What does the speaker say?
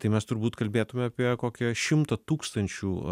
tai mes turbūt kalbėtume apie kokią šimtą tūkstančių